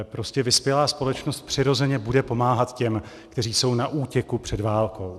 Prostě vyspělá společnost bude přirozeně pomáhat těm, kteří jsou na útěku před válkou.